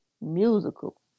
musical